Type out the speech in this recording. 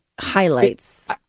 highlights